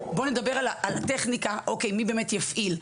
בואו ונדבר על הטכניקה מי באמת יפעיל?